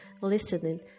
listening